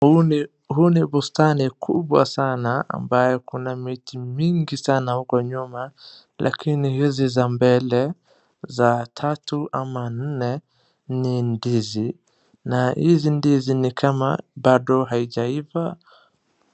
Huu ni bustani kubwa sana ambayo kuna miti mingi sana huko nyuma lakini hizi za mbele za tatu ama nne ni ndizi na hizi ndizi ni kama bado haijaiva.